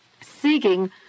seeking